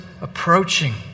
approaching